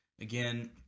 Again